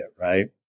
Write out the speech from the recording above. right